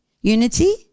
Unity